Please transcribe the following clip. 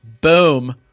boom